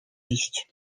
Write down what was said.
iść